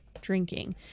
drinking